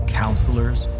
counselors